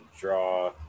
draw